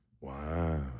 wow